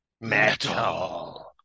metal